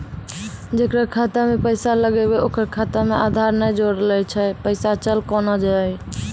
जेकरा खाता मैं पैसा लगेबे ओकर खाता मे आधार ने जोड़लऽ छै पैसा चल कोना जाए?